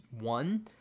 one